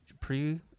Pre